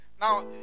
Now